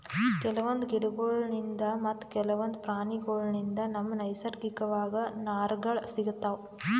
ಕೆಲವೊಂದ್ ಗಿಡಗೋಳ್ಳಿನ್ದ್ ಮತ್ತ್ ಕೆಲವೊಂದ್ ಪ್ರಾಣಿಗೋಳ್ಳಿನ್ದ್ ನಮ್ಗ್ ನೈಸರ್ಗಿಕವಾಗ್ ನಾರ್ಗಳ್ ಸಿಗತಾವ್